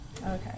Okay